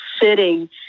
sitting